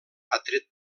atret